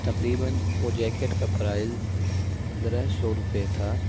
تقریباً وہ جیکٹ کا پرائز پندرہ سو روپئے تھا